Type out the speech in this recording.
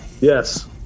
Yes